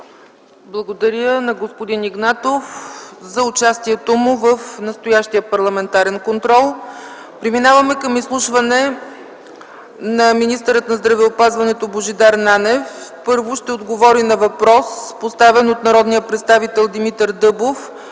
Благодаря на господин Игнатов за участието му в настоящия парламентарен контрол. Преминаваме към изслушване на министъра на здравеопазването Божидар Нанев, който ще отговори първо на въпрос, поставен от народния представител Димитър Дъбов,